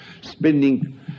spending